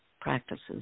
practices